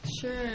Sure